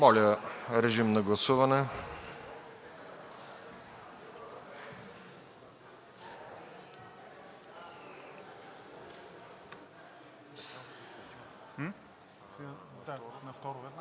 Моля, режим на гласуване.